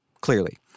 clearly